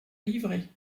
livrée